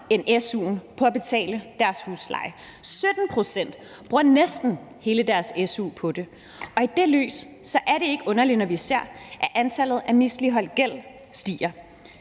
end su'en på at betale deres husleje, 17 pct. bruger næsten hele deres su på det, og i det lys er det ikke underligt, når vi ser, at tilfældene med misligholdt gæld stiger.